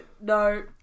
no